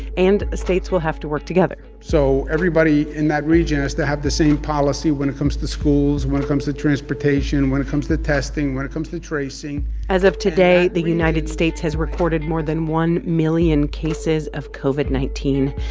and states will have to work together so everybody in that region has to have the same policy when it comes to schools, when it comes to transportation, when it comes to testing, when it comes to tracing as of today, the united states has recorded more than one million cases of covid nineteen.